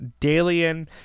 Dalian